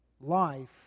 life